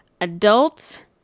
adult